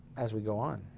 as we go on.